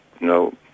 No